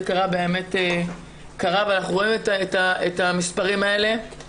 קרה באמת ואנחנו רואים את המספרים האלה.